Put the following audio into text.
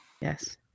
yes